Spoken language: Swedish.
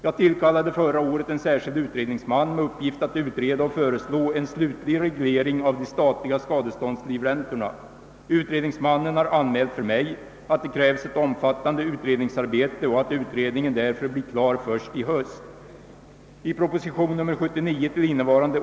Jag tillkallade förra året en särskild utredningsman med uppgift att utreda och föreslå en slutlig reglering av de statliga skadeståndslivräntorna. Utredningsmannen har anmält för mig att det krävs ett omfattande utredningsarbete och att utredningen därför blir klar först i höst.